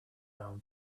round